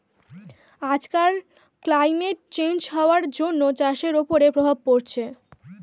আজকাল climate change হওয়ার জন্য চাষের ওপরে প্রভাব পড়ছে